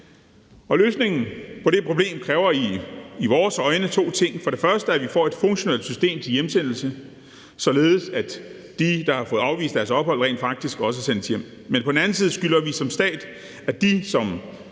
Løsningen på det problem kræver i vores øjne to ting: for det første at vi får et funktionelt system til hjemsendelse, således at de, der har fået afvist deres ansøgning om opholdstilladelse, rent faktisk også sendes hjem, og for det andet, at vi som stat skylder, at